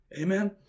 amen